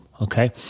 okay